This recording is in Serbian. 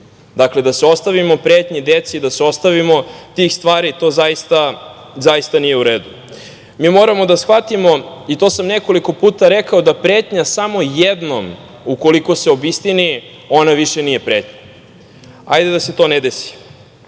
Dakle, da se ostavimo pretnji deci, da se ostavimo tih stvari, to zaista nije u redu. Mi moramo da shvatimo, i to sam nekoliko puta rekao, da pretnja samo jednom ukoliko se obistini, ona više nije pretnja. Hajde da se to ne desi.